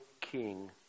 king